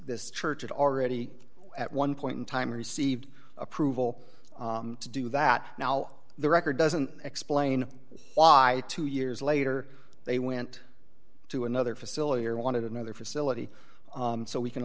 church had already at one point in time received approval to do that now the record doesn't explain why two years later they went to another facility or wanted another facility so we can